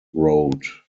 road